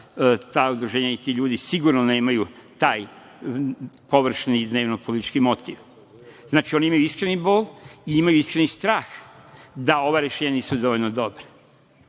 ta udruženja i ti ljudi sigurno nemaju taj površni dnevnopolitički motiv. Znači, oni imaju iskreni bol i imaju iskreni strah da ova rešenja nisu dovoljno dobra.